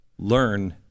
learn